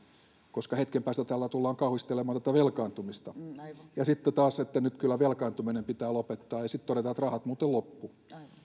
koska hetken päästä täällä tullaan kauhistelemaan tätä velkaantumista ja sitten taas että nyt kyllä velkaantuminen pitää lopettaa ja sitten todetaan että rahat muuten loppuivat